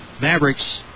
Mavericks